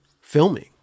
filming